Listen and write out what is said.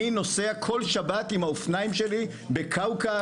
אני נוסע כל שבת עם האופניים שלי בכאוכב,